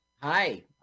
Hi